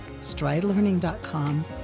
stridelearning.com